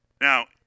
Now